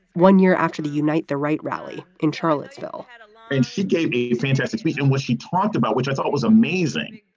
one year after the unite, the right rally in charlottesville and ah and she gave a fantastic speech in which she talked about which i thought was amazing,